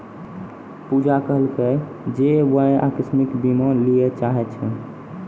पूजा कहलकै जे वैं अकास्मिक बीमा लिये चाहै छै